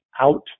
out